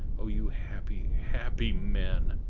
oh you happy, happy men!